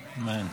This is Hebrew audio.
אמן.